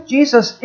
Jesus